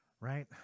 Right